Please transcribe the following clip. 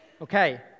okay